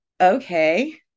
Okay